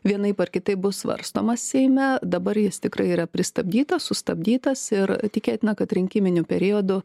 vienaip ar kitaip bus svarstomas seime dabar jis tikrai yra pristabdytas sustabdytas ir tikėtina kad rinkiminiu periodu